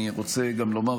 אני רוצה גם לומר,